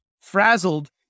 frazzled